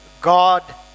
God